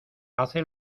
hace